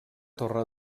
torre